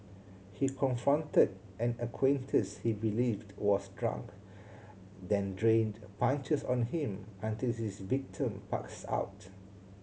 he confronted an acquaintance he believed was drunk then rained punches on him until his victim passed out